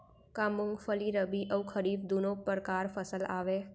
का मूंगफली रबि अऊ खरीफ दूनो परकार फसल आवय?